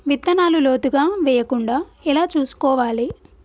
విత్తనాలు లోతుగా వెయ్యకుండా ఎలా చూసుకోవాలి?